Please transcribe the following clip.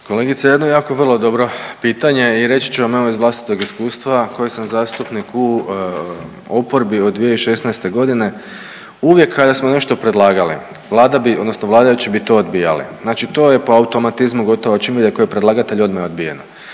Kolegice, jedno jako vrlo dobro pitanje i reći ću vam evo iz vlastitog iskustva koje sam zastupniku u oporbi od 2016.g., uvijek kada smo nešto predlagali Vlada bi odnosno vladajući bi to odbijali, znači to je po automatizmu gotovo, čim vide ko je predlagatelj odma je odbijeno,